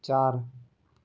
चार